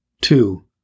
Two